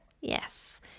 Yes